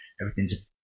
Everything's